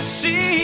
see